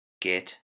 get